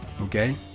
Okay